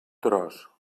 tros